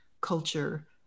culture